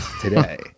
today